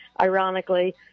ironically